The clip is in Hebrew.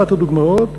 אחת הדוגמאות,